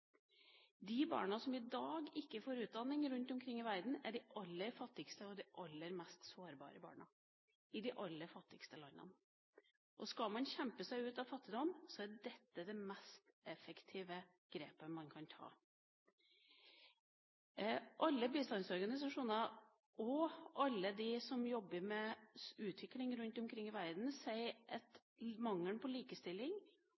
verden, er de aller fattigste og mest sårbare barna, i de aller fattigste landene. Skal man kjempe seg ut av fattigdom, er dette det mest effektive grepet man kan ta. Alle bistandsorganisasjoner og alle dem som jobber med utvikling rundt omkring i verden, sier